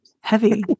heavy